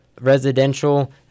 residential